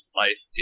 life